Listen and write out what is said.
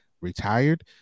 retired